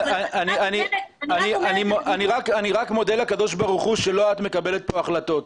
אני רק מודה לקב"ה שלא את מקבלת פה החלטות.